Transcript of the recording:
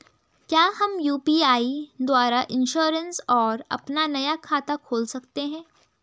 क्या हम यु.पी.आई द्वारा इन्श्योरेंस और अपना नया खाता खोल सकते हैं?